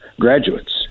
Graduates